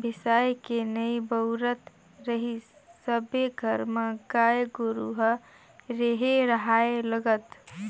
बेसायके नइ बउरत रहीस सबे घर म गाय गोरु ह रेहे राहय लगत